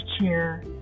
cheer